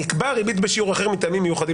נקבעה ריבית בשיעור אחר מטעמים מיוחדים